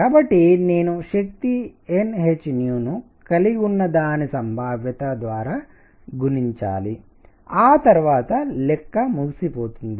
కాబట్టి నేను శక్తి nhను కలిగి ఉన్నదాని సంభావ్యత ద్వారా గుణించాలి ఆ తరువాత లెక్క ముగిసిపోతుంది